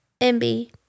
MB